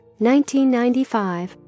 1995